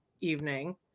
evening